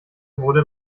wurde